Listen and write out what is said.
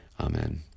Amen